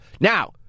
Now